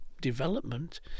development